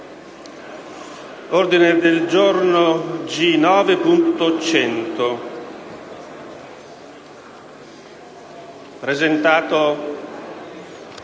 ordini del giorno G 9.106